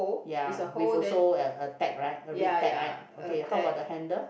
ya with also a a tag right a red tag right okay how about the handle